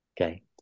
Okay